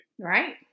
Right